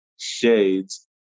shades